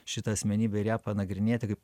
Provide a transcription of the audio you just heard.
šitą asmenybę ir ją panagrinėti kaip